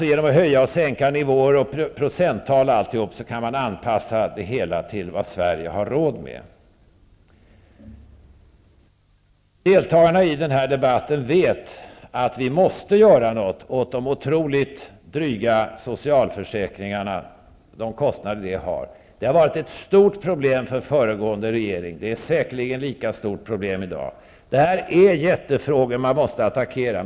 Genom att höja och sänka nivåer, procenttal osv. kan man alltså anpassa det hela till vad Sverige har råd med. Deltagarna i den här debatten vet att vi måste göra något åt de otroligt dryga kostnader som socialförsäkringarna medför. Det har varit ett stort problem för föregående regering, och det är säkerligen ett lika stort problem i dag. Detta är jättefrågor som man måste attackera.